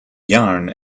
yarn